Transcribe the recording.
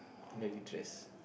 let it dress